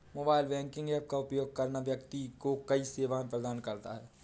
mobile banking app का उपयोग करना व्यक्ति को कई सेवाएं प्रदान करता है